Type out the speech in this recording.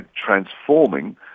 transforming